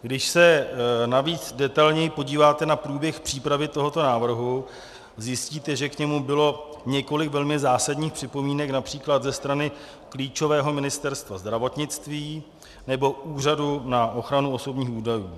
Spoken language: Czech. Když se navíc detailněji podíváte na průběh přípravy tohoto návrhu, zjistíte, že k němu bylo několik velmi zásadních připomínek například ze strany klíčového Ministerstva zdravotnictví nebo Úřadu na ochranu osobních údajů.